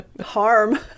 harm